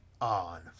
on